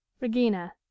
regina